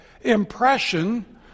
impression